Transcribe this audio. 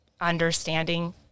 understanding